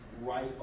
right